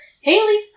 Haley